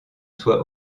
soit